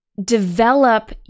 develop